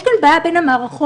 יש כאן בעיה בין המערכות.